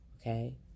Okay